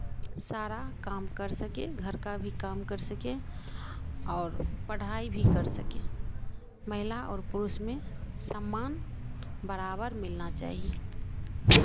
सारा काम कर सके घर का भी काम कर सके आउर पढ़ाई भी कर सके महिला और पुरुष में सम्मान बराबर मिलना चाहिए